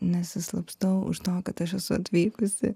nesislapstau už to kad aš esu atvykusi